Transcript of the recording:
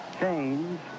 change